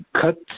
cut